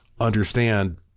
understand